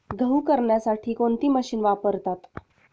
गहू करण्यासाठी कोणती मशीन वापरतात?